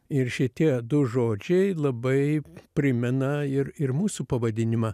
ir šitie du žodžiai labai primena ir ir mūsų pavadinimą